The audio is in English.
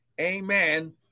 amen